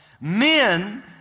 Men